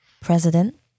president